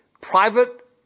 private